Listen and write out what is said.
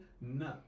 no